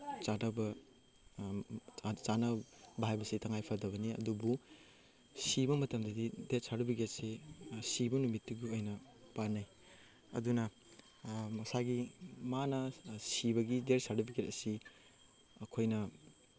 ꯆꯥꯟꯅꯕ ꯆꯥꯟꯅꯕ ꯍꯥꯏꯕꯁꯤ ꯇꯉꯥꯏ ꯐꯗꯕꯅꯤ ꯑꯗꯨꯕꯨ ꯁꯤꯕ ꯃꯇꯝꯗꯗꯤ ꯗꯦꯠ ꯁꯥꯔꯇꯤꯐꯤꯀꯦꯠꯁꯤ ꯁꯤꯕ ꯅꯨꯃꯤꯠꯇꯨꯒꯤ ꯑꯣꯏꯅ ꯄꯥꯟꯅꯩ ꯑꯗꯨꯅ ꯃꯁꯥꯒꯤ ꯃꯥꯅ ꯁꯤꯕꯒꯤ ꯗꯦꯠ ꯁꯥꯔꯇꯤꯐꯤꯀꯦꯠ ꯑꯁꯤ ꯑꯈꯣꯏꯅ